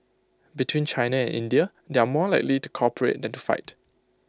between China and India they are more likely to cooperate than to fight